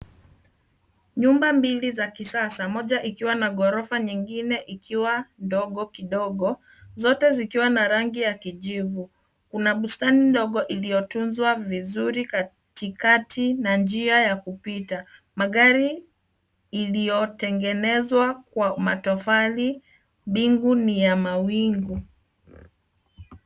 Nyumba mbili za kisasa moja ikiwa na ghorofa nyingine ikiwa dogo kidogo zote zikiwa na rangi ya kijivu. Kuna bustani ndogo iliyotunzwa vizuri katikati na njia ya kupita. Magari iliyotengenezwa kwa matofali. Mbingu ni ya mawingu.